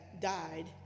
died